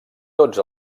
tots